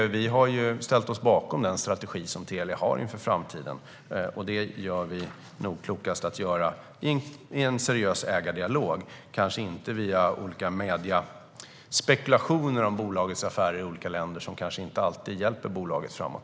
Vi har ställt oss bakom den strategi som Telia har inför framtiden. Och det klokaste sättet att göra det på är nog genom en seriös dialog med ägarna, inte via olika mediespekulationer om bolagets affärer i olika länder. Det hjälper inte alltid bolaget framåt.